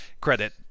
credit